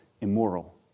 immoral